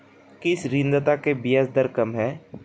किस ऋणदाता की ब्याज दर कम है?